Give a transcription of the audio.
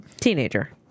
Teenager